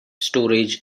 storage